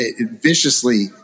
viciously